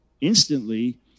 instantly